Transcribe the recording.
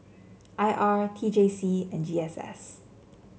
I R T J C and G S S